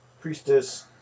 Priestess